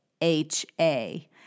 H-A